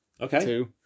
Okay